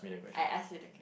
I ask you the